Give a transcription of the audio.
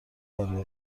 آره